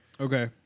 Okay